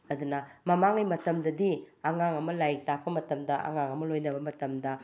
ꯑꯗꯨꯅ ꯃꯃꯥꯡꯉꯩ ꯃꯇꯝꯗꯗꯤ ꯑꯉꯥꯡ ꯑꯃ ꯂꯥꯏꯔꯤꯛ ꯇꯥꯛꯄ ꯃꯇꯝꯗ ꯑꯉꯥꯡ ꯑꯃ ꯂꯣꯏꯅꯕ ꯃꯇꯝꯗ